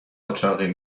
اتاقی